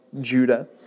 Judah